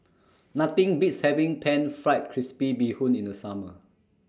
Nothing Beats having Pan Fried Crispy Bee Hoon in The Summer